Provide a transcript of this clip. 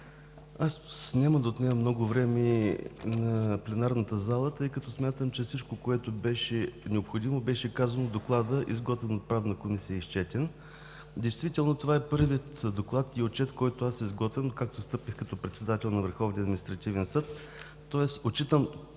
Аз няма да отнемам много време на пленарната зала, тъй като смятам, че всичко, което беше необходимо, беше казано в Доклада, изготвен от Правна комисия и изчетен. Действително това е първият доклад и отчет, който аз изготвям, откакто встъпих като председател на Върховния